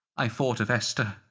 i thought of esther.